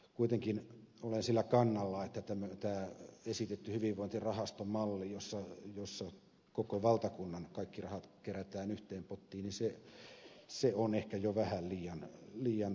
kuitenkin olen sillä kannalla että tämä esitetty hyvinvointirahaston malli jossa koko valtakunnan kaikki rahat kerätään yhteen pottiin on ehkä jo vähän liian keskusjohtoinen malli